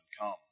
come